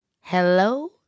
hello